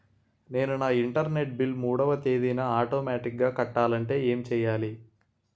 నేను నా internet bill మూడవ తేదీన ఆటోమేటిగ్గా కట్టాలంటే ఏం చేయాలి?